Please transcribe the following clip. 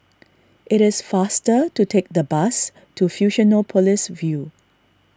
it is faster to take the bus to Fusionopolis View